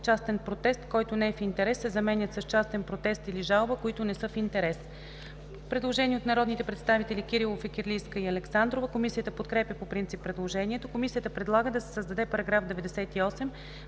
„частен протест, който не е в интерес“ се заменят с „частен протест или жалба, които не са в интерес“.“ Предложение от народните представители Кирилов, Фикирлийска и Александрова. Комисията подкрепя по принцип предложението. Комисията предлага да се създаде § 98: „§ 98.